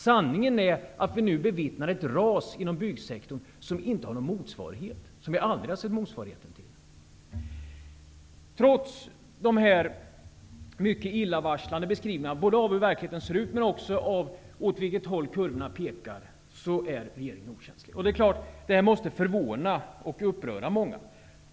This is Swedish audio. Sanningen är att vi nu bevittnar ett ras inom byggsektorn som vi ald rig har sett motsvarigheten till. Trots dessa illavarslande beskrivningar av verk ligheten och det håll åt vilket kurvorna pekar är regeringen okänslig. Det är klart att det måste förvåna och uppröra många.